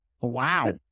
Wow